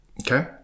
Okay